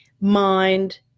mind